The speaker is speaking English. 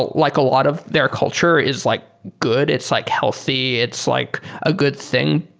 like a lot of their culture is like good. it's like healthy. it's like a good thing.